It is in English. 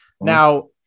Now